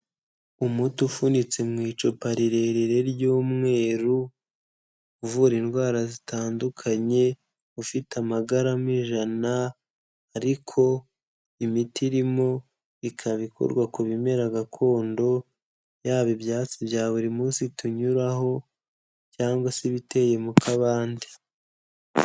Umuti ufunitse mu icupa rirerire ry'umweru, uvura indwara zitandukanye ufite amagarami ijana ariko imiti irimo ikaba ikorwa ku bimera gakondo, yaba ibyatsi bya buri munsi tunyuraho cyangwa se ibiteye mu kabande.